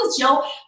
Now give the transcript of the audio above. Joe